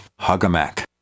hugAMAC